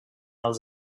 als